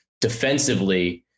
defensively